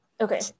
Okay